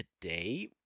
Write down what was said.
today